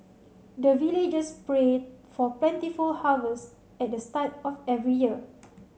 the villagers pray for plentiful harvest at the start of every year